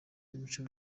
n’imico